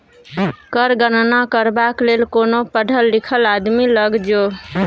कर गणना करबाक लेल कोनो पढ़ल लिखल आदमी लग जो